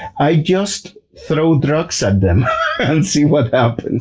i just throw drugs at them and see what happens.